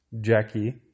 Jackie